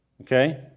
Okay